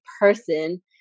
person